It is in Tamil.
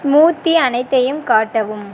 ஸ்மூத்தி அனைத்தையும் காட்டவும்